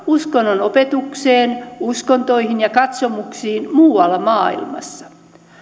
uskonnonopetukseen uskontoihin ja katsomuksiin muualla maailmassa